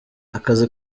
akazi